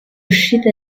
uscita